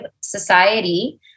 society